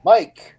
Mike